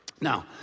Now